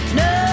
no